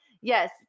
yes